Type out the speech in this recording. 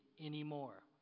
anymore